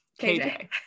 KJ